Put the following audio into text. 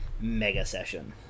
mega-session